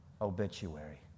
obituary